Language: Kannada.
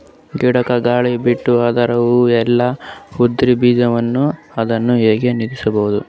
ಗಿಡಕ, ಗಾಳಿ ಬಿಟ್ಟು ಅದರ ಹೂವ ಎಲ್ಲಾ ಉದುರಿಬೀಳತಾವ, ಅದನ್ ಹೆಂಗ ನಿಂದರಸದು?